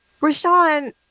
Rashawn